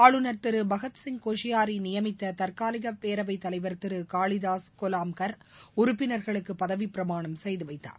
ஆளுநர் திரு பகத்சிங் கோஷ்பாரி நியமித்த தற்காலிக பேரவைத் தலைவர் திரு காளிதாஸ் கொலாம்கார் உறுப்பினர்களுக்கு பதவிப்பிரமாணம் செய்து வைத்தார்